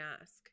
ask